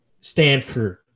Stanford